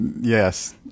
Yes